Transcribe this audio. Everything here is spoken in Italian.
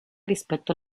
rispetto